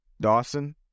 Dawson